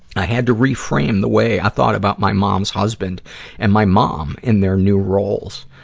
i had to reframe the way i thought about my mom's husband and my mom in their new roles.